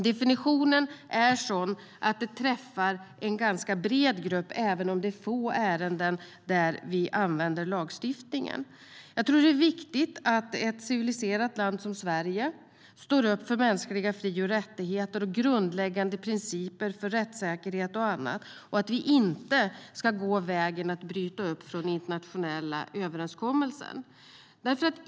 Definitionen är sådan att den träffar en ganska bred grupp, även om det är få ärenden där lagstiftningen används. Det är viktigt att ett civiliserat land som Sverige står upp för mänskliga fri och rättigheter och grundläggande principer för rättssäkerhet och annat. Vi ska inte bryta internationella överenskommelser.